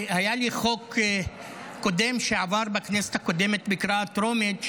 שהיה לי חוק קודם שעבר בכנסת הקודמת בקריאה טרומית,